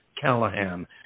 Callahan